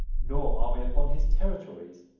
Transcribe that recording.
nor are we upon his territories